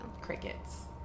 Crickets